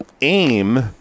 aim